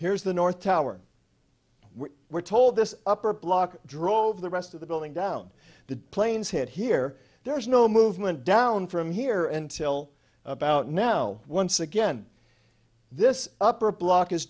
here's the north tower we're told this upper block drove the rest of the building down the planes hit here there is no movement down from here and till about now once again this upper block is